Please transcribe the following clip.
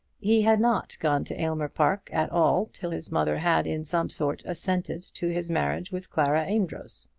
he had not gone to aylmer park at all till his mother had in some sort assented to his marriage with clara amedroz.